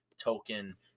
token